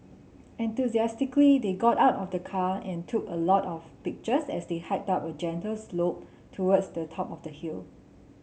enthusiastically they got out of the car and took a lot of pictures as they hiked up a gentle slope towards the top of the hill